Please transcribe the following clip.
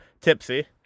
tipsy